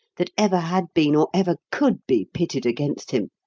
that ever had been or ever could be pitted against him,